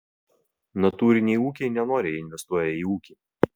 natūriniai ūkiai nenoriai investuoja į ūkį